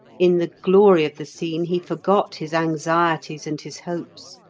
in the glory of the scene he forgot his anxieties and his hopes,